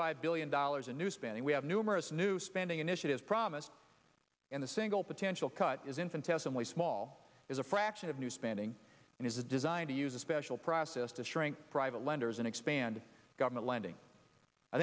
five billion dollars in new spending we have numerous new spending initiatives promised in the single potential cut is infinitesimally small is a fraction of new spending and is a design to use a special process to shrink private lenders and expand government lending i